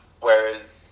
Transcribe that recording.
Whereas